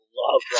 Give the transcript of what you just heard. love